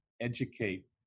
educate